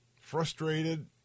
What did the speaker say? frustrated